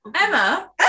Emma